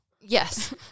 Yes